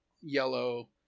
yellow